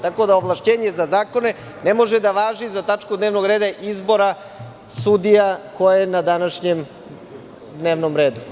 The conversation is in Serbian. Tako da, ovlašćenje za zakone ne može da važi za tačku dnevnog reda izbora sudija, koja je na današnjem dnevnom redu.